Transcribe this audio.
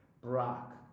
Brock